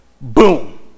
boom